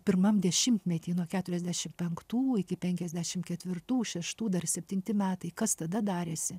pirmam dešimtmetį nuo keturiasdešim penktų iki penkiasdešimt ketvirtų šeštų dar septinti metai kas tada darėsi